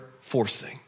forcing